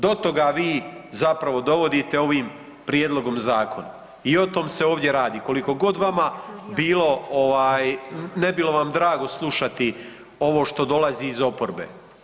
Do toga vi zapravo dovodite ovim prijedloga zakona i o tom se ovdje radi, koliko god vama bilo ne bilo vam drago slušati ovo što dolazi iz oporbe.